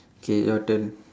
okay your turn